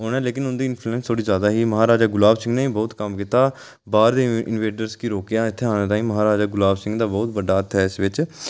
उ'नें लेकिन उं'दी इंफ्लुएंस थोह्ड़ी जादै ही महाराजा गुलाब सिंह नै बहुत कम्म कीता बाह्र दे इन्वेडर गी रोकेआ इत्थें औने ताहीं महाराजा गुलाब सिंह दा बहुत बड्डा हत्थ ऐ इस बिच